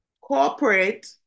corporate